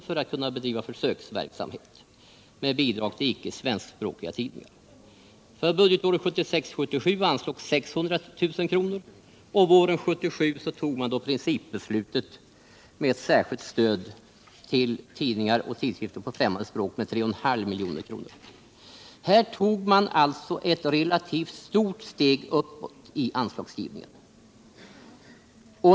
för att kunna bedriva försöksverksamhet med bidrag till ickesvenskspråkiga tidningar. För budgetåret 1976/77 anslogs 600 000 kr. Våren 1977 tog man så principbeslutet om ett särskilt stöd till tidningar och tidskrifter på främmande språk med 3,5 milj.kr. Här tog man alltså ett relativt stort steg uppåt i anslagsgivningen.